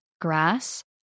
grass